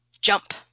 jump